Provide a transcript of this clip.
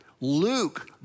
Luke